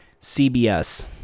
cbs